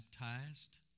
baptized